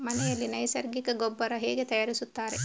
ಮನೆಯಲ್ಲಿ ನೈಸರ್ಗಿಕ ಗೊಬ್ಬರ ಹೇಗೆ ತಯಾರಿಸುತ್ತಾರೆ?